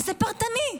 איזה פרטני?